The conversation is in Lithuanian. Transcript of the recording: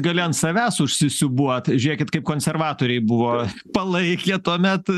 gali ant savęs užsisiūbuot žiūrėkit kaip konservatoriai buvo palaikė tuomet